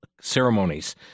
ceremonies